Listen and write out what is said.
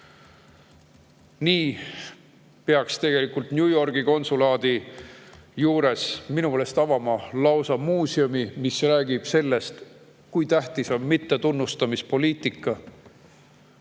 peaks New Yorgi konsulaadi juures minu meelest avama lausa muuseumi, mis räägib sellest, kui tähtis on mittetunnustamispoliitika,